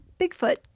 bigfoot